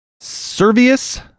servius